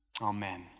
Amen